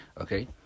Okay